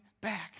back